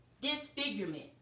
disfigurement